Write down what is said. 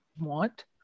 want